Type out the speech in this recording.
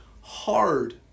hard